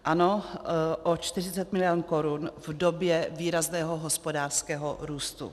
Ano, o 40 mld. korun v době výrazného hospodářského růstu.